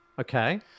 Okay